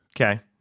Okay